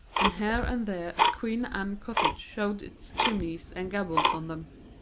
and here and there a queen anne cottage showed its chimneys and gables on them.